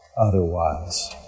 otherwise